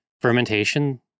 fermentation